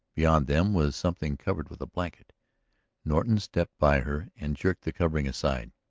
beyond them was something covered with a blanket norton stepped by her and jerked the covering aside.